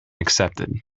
accepted